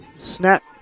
Snap